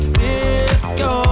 disco